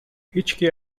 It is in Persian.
هیچکی